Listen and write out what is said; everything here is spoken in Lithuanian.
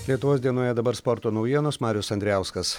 lietuvos dienoje dabar sporto naujienos marius andrijauskas